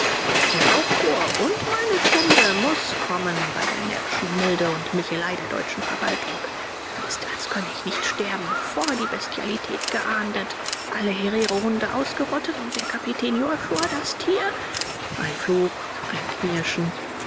der aufruhr und meine stunde muß kommen bei der närrischen milde und michelei der deutschen verwaltung mir ist als könne ich nicht sterben bevor die bestialität geahndet alle hererohunde ausgerottet und der kapitän josua das tier ein fluch ein knirschen